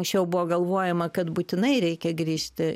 anksčiau buvo galvojama kad būtinai reikia grįžti